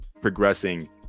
progressing